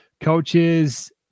coaches